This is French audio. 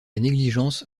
négligence